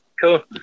cool